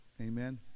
Amen